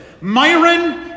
Myron